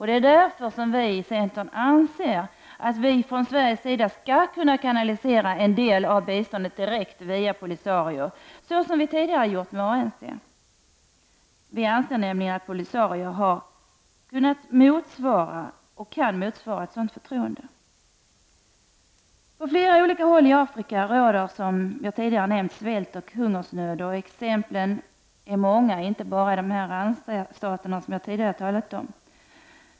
Det är därför som vi i centern anser att Sverige skall kunna kanalisera en del av biståndet direkt via Polisario, såsom vi gjort när det gällt ANC. Vi anser nämligen att Polisario kan motsvara ett sådant förtroende. På flera håll i Afrika råder, som jag tidigare nämnt, svält och hungersnöd. Exemplen är många — det gäller inte bara de randstater som jag tidigare talat om.